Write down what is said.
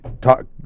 talk